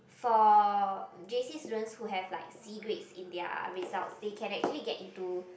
for J_C students who have like C grades in their results they can actually get into